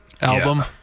album